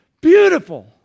beautiful